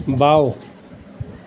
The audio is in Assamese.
বাওঁ